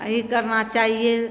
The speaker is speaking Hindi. आ इ करना चाहिए